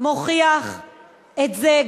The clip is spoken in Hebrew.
מוכיח את זה,